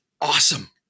awesome